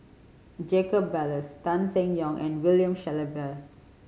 Jacob Ballas Tan Seng Yong and William Shellabear